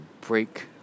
break